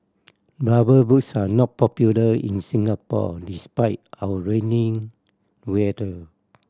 Rubber Boots are not popular in Singapore despite our rainy weather